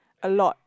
a lot